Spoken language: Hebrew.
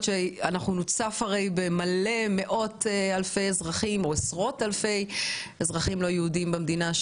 בהצפה של מאות אלפי או עשרות אלפי אזרחים לא יהודיים במדינה.